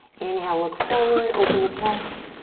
inhale, look forward, open the chest.